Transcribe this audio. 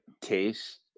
case